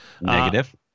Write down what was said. Negative